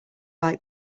like